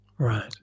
Right